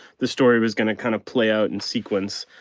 the story was gonna kind of play out in sequence.